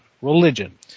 Religion